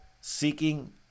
seeking